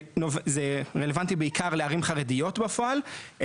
זה רלוונטי בעיקר לערים חרדיות בפועל,